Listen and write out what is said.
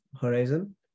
horizon